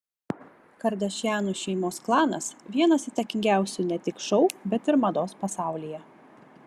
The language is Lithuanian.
kardašianų šeimos klanas vienas įtakingiausių ne tik šou bet ir mados pasaulyje